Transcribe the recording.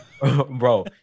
Bro